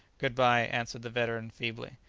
good-bye! answered the veteran feebly.